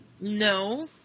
No